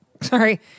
Sorry